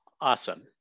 Awesome